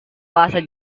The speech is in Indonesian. bahasa